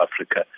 Africa